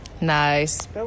Nice